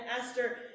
Esther